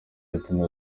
whitney